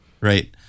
Right